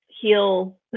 heal